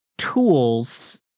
tools